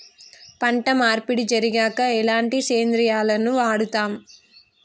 పంట మార్పిడి జరిగాక ఎలాంటి సేంద్రియాలను వాడుతం?